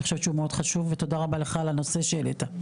אני חושבת שהוא מאוד חשוב ותודה לך על הנושא הזה שהעלית.